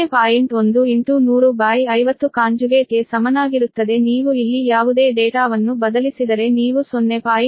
1 10050 ಗೆ ಸಮನಾಗಿರುತ್ತದೆ ನೀವು ಇಲ್ಲಿ ಯಾವುದೇ ಡೇಟಾವನ್ನು ಬದಲಿಸಿದರೆ ನೀವು 0